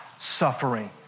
suffering